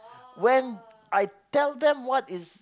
when I tell them what is